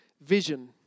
vision